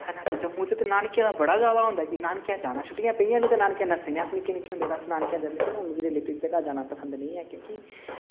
है ना ते जम्मू च नानकें दा बड़ा ज्यादा होंदा कि ननाकें दे जाना छुट्टियां पेइयां निं ते नानकै नस्से निं अस निक्के निक्के होंदे ते अस नानकै जंदे हे पर मिगी हून रिलेटिव दे घर जाना पसंद निं ऐ क्योंकि